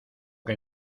que